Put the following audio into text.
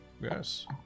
yes